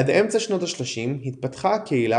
עד אמצע שנות השלושים התפתחה הקהילה